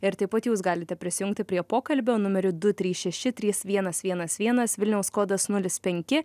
ir taip pat jūs galite prisijungti prie pokalbio numeriu du trys šeši trys vienas vienas vienas vilniaus kodas nulis penki